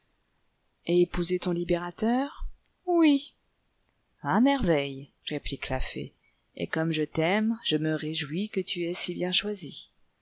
épouser ton libérateur oui a merveille réplique la fée et comme je t'aime je me réjouis que tu aies si bien choisi